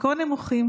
חברות משנות חיים.